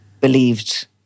...believed